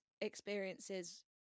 experiences